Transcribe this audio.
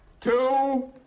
two